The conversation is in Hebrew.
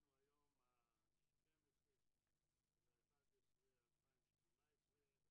היום 12 בנובמבר 2018,